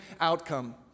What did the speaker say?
outcome